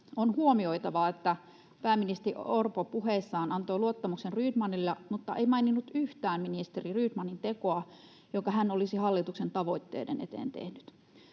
On huomioitavaa, että pääministeri Orpo puheessaan antoi luottamuksen Rydmanille, mutta ei maininnut yhtään ministeri Rydmanin tekoa, jonka hän olisi hallituksen tavoitteiden eteen tehnyt.